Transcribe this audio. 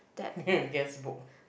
guestbook